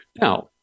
Now